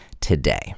today